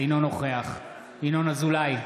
אינו נוכח ינון אזולאי,